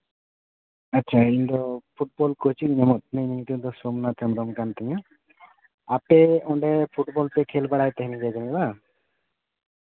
ᱟᱪᱪᱷᱟ ᱤᱧ ᱫᱚ ᱯᱷᱩᱴᱵᱚᱞ ᱠᱳᱪᱤᱧ ᱢᱮᱱᱮᱫ ᱛᱟᱦᱮᱱ ᱧᱩᱛᱩᱢ ᱫᱚ ᱥᱳᱢᱱᱟᱛᱷ ᱦᱮᱢᱵᱨᱚᱢ ᱠᱟᱱ ᱛᱤᱧᱟᱹ ᱟᱯᱮ ᱚᱸᱰᱮ ᱯᱷᱩᱴᱵᱚᱞ ᱯᱮ ᱠᱷᱮᱹᱞ ᱵᱟᱲᱟᱭ ᱜᱮᱭᱟ ᱡᱟᱹᱱᱤᱡ ᱵᱟᱝ